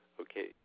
Okay